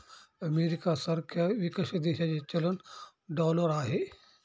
America सारख्या विकसित देशाचे चलन डॉलर आहे